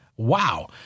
Wow